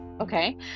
okay